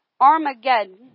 Armageddon